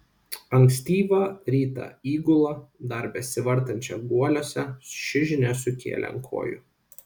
ankstyvą rytą įgulą dar besivartančią guoliuose ši žinia sukėlė ant kojų